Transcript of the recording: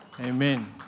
Amen